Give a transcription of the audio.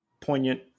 poignant